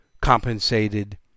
compensated